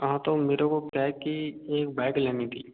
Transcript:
हाँ तो मेरे को क्या है कि एक बाइक लेनी थी